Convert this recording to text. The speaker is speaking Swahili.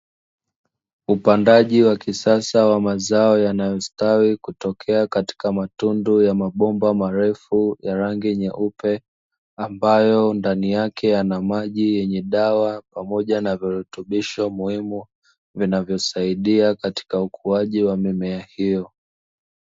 Upandaji wa kisasa wa mazao yanayo stawi kutokea katika matundu, ya mabomba marefu ya rangi nyeupe, ambayo ndani yake yana maji yenye dawa pamoja na virutubisho muhimu vinavyosaidia katika ukuaji wa mimea hiyo.